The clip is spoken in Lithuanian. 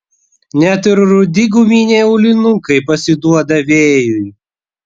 net ir rudi guminiai aulinukai pasiduoda vėjui